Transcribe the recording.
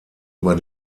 über